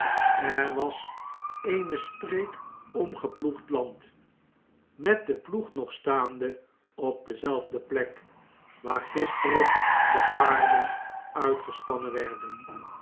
er was eene streek omgeploegd land met den ploeg nog staande op dezelfde plek waar gisteren de paarden uitgespannen werden